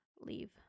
leave